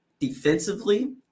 defensively